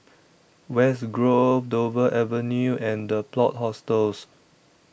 West Grove Dover Avenue and The Plot Hostels